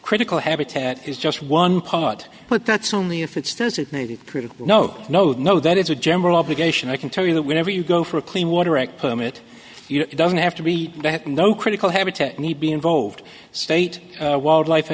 critical habitat is just one part but that's only if it's designated critic no no no that is a general obligation i can tell you that whenever you go for a clean water act permit doesn't have to be no critical habitat need be involved state wildlife